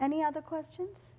any other questions